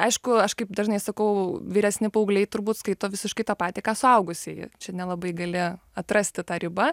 aišku aš kaip dažnai sakau vyresni paaugliai turbūt skaito visiškai tą patį ką suaugusieji čia nelabai gali atrasti tą ribą